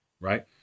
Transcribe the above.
right